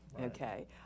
okay